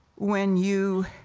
when you